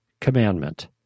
Commandment